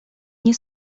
nie